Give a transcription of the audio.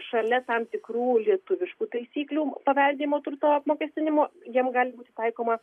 šalia tam tikrų lietuviškų taisyklių paveldėjimo turto apmokestinimo jiem gali būti taikoma